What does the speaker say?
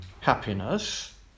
happiness